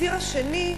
הציר השני,